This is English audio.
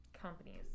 companies